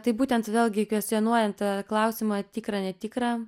tai būtent vėlgi kvestionuojant klausimą tikra netikra